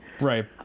Right